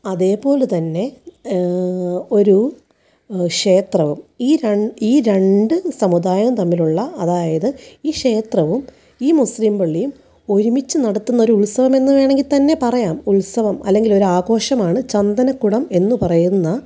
അതുപോലെ തന്നെ ഒരു ക്ഷേത്രവും ഈ രണ്ട് ഈ രണ്ട് സമുദായവും തമ്മിലുള്ള അതായത് ഈ ക്ഷേത്രവും ഈ മുസ്ലിം പള്ളിയും ഒരുമിച്ച് നടത്തുന്ന ഒരു ഉത്സവം എന്ന് വേണമെങ്കിൽ തന്നെ പറയാം ഉത്സവം അല്ലെങ്കിൽ ഒരു ആഘോഷമാണ് ചന്ദനക്കുടം എന്ന് പറയുന്നത്